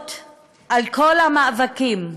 ברכות על כל המאבקים,